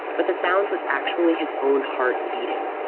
but the sound was actually his own heart beating.